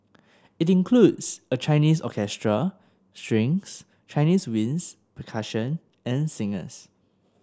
it includes a Chinese orchestra strings Chinese winds percussion and singers